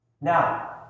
Now